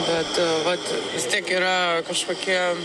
bet vat vis tiek yra kažkokie